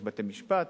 יש בתי-משפט,